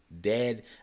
dead